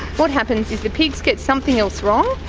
what happens is the pigs get something else wrong,